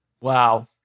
Wow